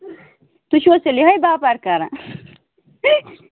تُہۍ چھِو حَظ تیٚلہِ یوٚہے باپار کَران